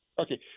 Okay